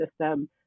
system